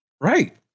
Right